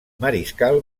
mariscal